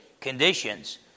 conditions